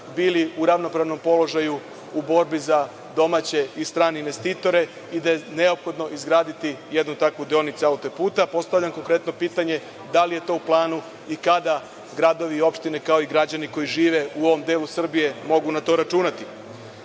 bili u ravnopravnom položaju u borbi za domaće i strane investitore i da je neophodno izgraditi jednu takvu deonicu autoputa. Postavljam konkretno pitanje - da li je to u planu i kada gradovi i opštine, kao i građani koji žive u ovom delu Srbije mogu na to računati? Ja